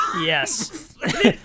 Yes